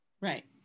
Right